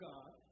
God